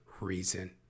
reason